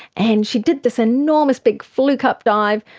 and she did this enormous big fluke-up dive,